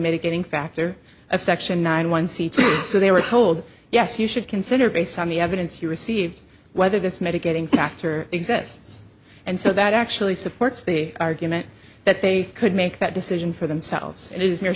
mitigating factor of section nine one c t so they were told yes you should consider based on the evidence you received whether this mitigating factor exists and so that actually supports the argument that they could make that decision for themselves and it